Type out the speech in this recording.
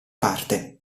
parte